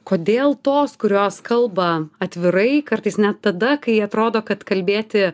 kodėl tos kurios kalba atvirai kartais net tada kai atrodo kad kalbėti